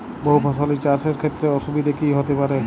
বহু ফসলী চাষ এর ক্ষেত্রে অসুবিধে কী কী হতে পারে?